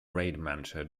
rademacher